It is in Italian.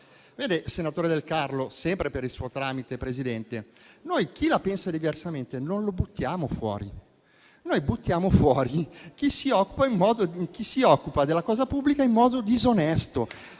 Vede, senatore De Carlo - sempre per il suo tramite, Presidente - noi chi la pensa diversamente non lo buttiamo fuori. Noi buttiamo fuori chi si occupa della cosa pubblica in modo disonesto.